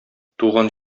туган